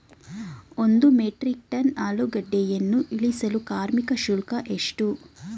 ಒಂದು metric ton ಆಲೂಗೆಡ್ಡೆಯನ್ನು ಇಳಿಸಲು ಕಾರ್ಮಿಕ ಶುಲ್ಕ ಎಷ್ಟು?